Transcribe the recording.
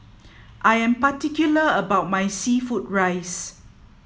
I am particular about my seafood fried rice